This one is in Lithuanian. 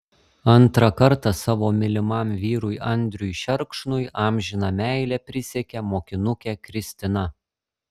antrą kartą savo mylimam vyrui andriui šerkšnui amžiną meilę prisiekė mokinukė kristina